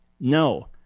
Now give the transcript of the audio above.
no